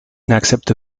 n’accepte